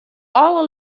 alle